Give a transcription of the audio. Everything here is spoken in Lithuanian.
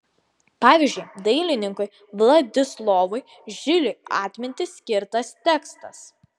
pavyzdžiui dailininkui vladislovui žiliui atminti skirtas tekstas